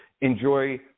enjoy